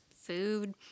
food